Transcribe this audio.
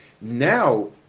Now